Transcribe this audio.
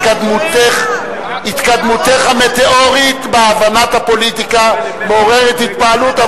התקדמותך המטאורית בהבנת הפוליטיקה מעוררת התפעלות,